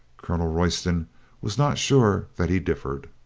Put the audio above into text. colonel royston was not sure that he differed.